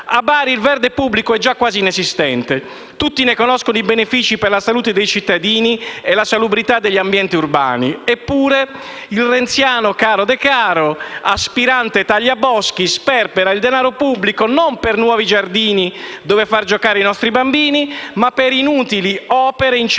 A Bari il verde pubblico è già quasi inesistente. Tutti ne conoscono i benefici per la salute dei cittadini e la salubrità degli ambienti urbani, eppure il renziano caro Decaro, aspirante tagliaboschi, sperpera il denaro pubblico non per nuovi giardini dove far giocare i nostri bambini, ma per inutili opere in cemento,